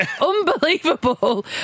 unbelievable